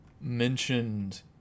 mentioned